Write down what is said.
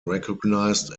recognized